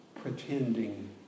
pretending